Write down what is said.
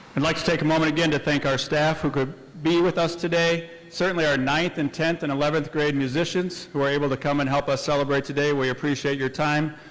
and like take a moment again to thank our staff who could be with us today, certainly our ninth and tenth and eleventh grade musicians who were able to come and help us celebrate today. we appreciate your time.